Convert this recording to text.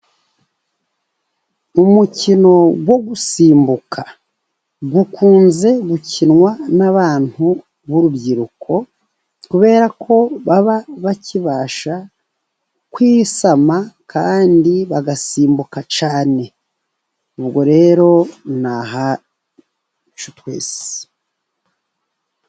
Umukino wo gusimbuka ukunze gukinwa n'abantu b'urubyiruko, kubera ko baba bakibasha kwisama kandi bagasimbuka cyane, ubwo rero na hacu twese.